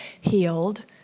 healed